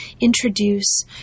introduce